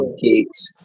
cakes